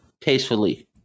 Tastefully